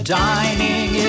dining